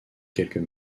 quelques